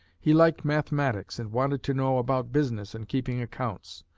he liked mathematics and wanted to know about business and keeping accounts.